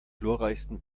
glorreichsten